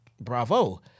bravo